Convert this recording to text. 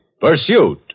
Pursuit